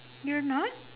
you're not